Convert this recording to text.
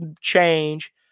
change